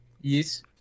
yes